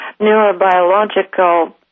neurobiological